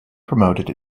promoted